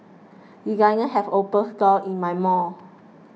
designers have opened stores in my mall